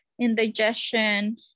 indigestion